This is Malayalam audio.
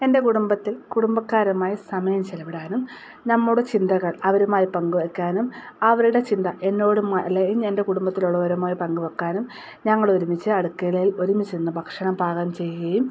എൻ്റെ കുടുംബത്തിൽ കുടുംബക്കാരുമായി സമയം ചിലവിടാനും നമ്മുടെ ചിന്തകൾ അവരുമായി പങ്കുവെക്കാനും അവരുടെ ചിന്ത എന്നോട് അല്ലെങ്കിൽ എൻ്റെ കുടുംബത്തിലുള്ളവരുമായി പങ്കുവെക്കാനും ഞങ്ങളൊരുമിച്ച് അടുക്കളയിൽ ഒരുമിച്ച് നിന്ന് ഭക്ഷണം പാകം ചെയ്യുകയും